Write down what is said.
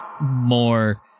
more